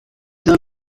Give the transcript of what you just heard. d’un